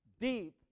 deep